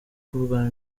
kuvugana